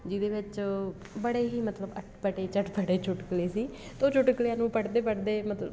ਜਿਹਦੇ ਵਿੱਚ ਬੜੇ ਹੀ ਮਤਲਬ ਅਟਪਟੇ ਚਟਪਟੇ ਚੁਟਕਲੇ ਸੀ ਤਾਂ ਉਹ ਚੁਟਕਲਿਆਂ ਨੂੰ ਪੜ੍ਹਦੇ ਪੜ੍ਹਦੇ ਮਤਲਬ